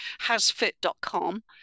hasfit.com